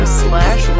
slash